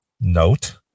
note